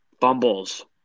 Fumbles